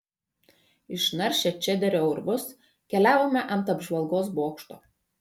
išnaršę čederio urvus keliavome ant apžvalgos bokšto